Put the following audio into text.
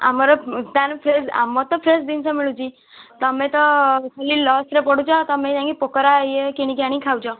ଆମର ତା'ର ଫ୍ରେଶ୍ ଆମର ତ ଫ୍ରେଶ୍ ଜିନିଷ ମିଳୁଛି ତମେ ତ ଖାଲି ଲସ୍ରେ ପଡ଼ୁଛ ତମେ ଯାଇ ପୋକରା ଇଏ କିଣିକି ଆଣି ଖାଉଛ